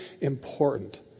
important